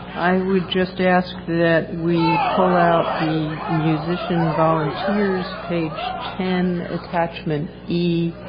i would just ask that we pull out the musician volunteers, page ten, attachment e.